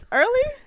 early